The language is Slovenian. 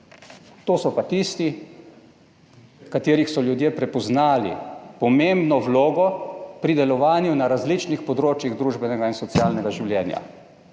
To so pa tisti, katerih so ljudje prepoznali pomembno vlogo pri delovanju na različnih področjih družbenega in socialnega življenja.